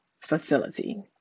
facility